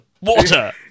water